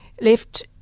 left